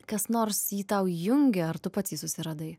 kas nors jį tau įjungė ar tu pats jį susiradai